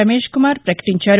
రమేష్ కుమార్ పకటించారు